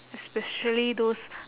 especially those